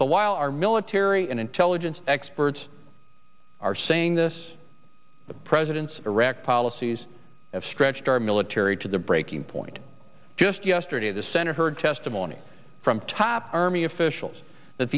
while our military and intelligence experts are saying this president's policies have stretched our military to the breaking point just yesterday the senate heard testimony from top army officials that